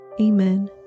Amen